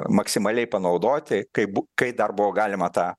maksimaliai panaudoti kai bu kai dar buvo galima tą